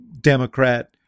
Democrat